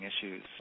issues